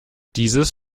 dieses